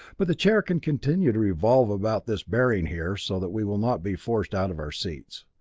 but the chair can continue to revolve about this bearing here so that we will not be forced out of our seats.